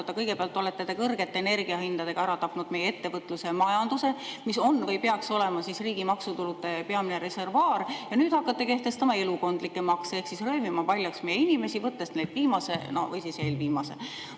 Kõigepealt olete te kõrgete energiahindadega ära tapnud meie ettevõtluse ja majanduse, mis on või peaks olema riigi maksutulude peamine reservuaar, ja nüüd hakkate kehtestama elukondlikke makse ehk siis röövima paljaks meie inimesi, võttes neilt viimase või no siis eelviimase.